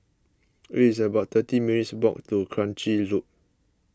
it's about thirty minutes' walk to Kranji Loop